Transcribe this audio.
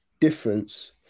difference